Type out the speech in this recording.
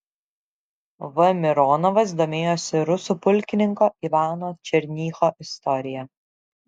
v mironovas domėjosi rusų pulkininko ivano černycho istorija